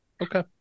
Okay